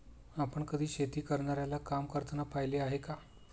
आपण कधी शेती करणाऱ्याला काम करताना पाहिले आहे का?